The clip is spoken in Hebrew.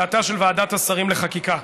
דעתה של ועדת השרים לחקיקה,